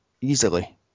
easily